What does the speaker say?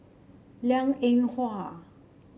Liang Eng Hwa